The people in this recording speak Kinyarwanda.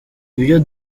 ibyo